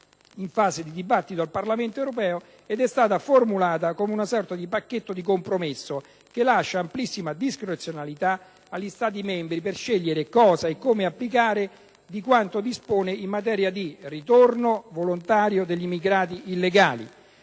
in fase di dibattito al Parlamento europeo, ed è stata formulata come una sorta di pacchetto di compromesso che lascia amplissima discrezionalità agli Stati membri per scegliere come e cosa applicare di quanto dispone in materia di ritorno volontario degli immigrati illegali,